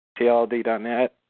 tld.net